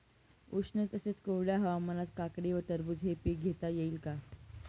उष्ण तसेच कोरड्या हवामानात काकडी व टरबूज हे पीक घेता येते का?